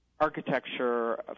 architecture